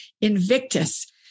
Invictus